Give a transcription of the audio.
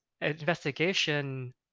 investigation